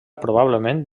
probablement